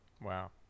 Wow